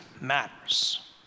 matters